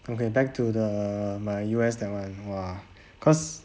okay back to the my U_S that [one] !wah! cause